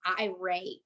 irate